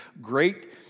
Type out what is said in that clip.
great